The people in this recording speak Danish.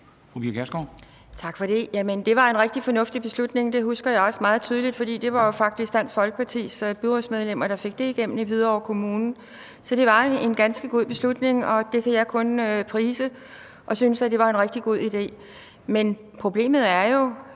det var en rigtig fornuftig beslutning – det husker jeg også meget tydeligt, for det var jo faktisk Dansk Folkepartis byrådsmedlemmer, der fik det igennem i Hvidovre Kommune. Så det var en ganske god beslutning, og den kan jeg kun prise som en rigtig god idé. Men problemet er jo,